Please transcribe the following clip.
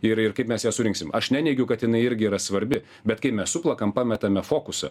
ir ir kaip mes ją surinksime aš neneigiu kad jinai irgi yra svarbi bet kai mes suplakam pametame fokusą